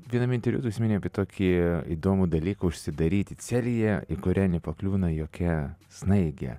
viename interviu tu užsiminei apie tokį įdomų dalyką užsidaryti celėje į kurią nepakliūna jokia snaigė